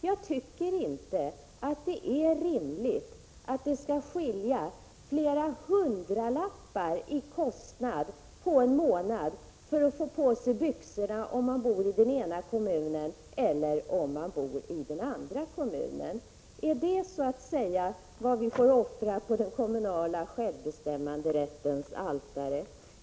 Jag tycker inte att det är rimligt att det skall skilja flera hundralappar i kostnad på en månad för att få på sig byxorna, om man bor i den ena kommunen eller om man bor i den andra kommunen. Är det så att säga vad vi får offra på den kommunala självbestämmanderättens altare?